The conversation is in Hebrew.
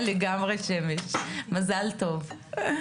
לגמרי שמש, מזל טוב.